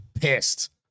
pissed